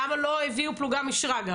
למה לא הביאו פלוגה משרגא?